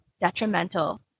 detrimental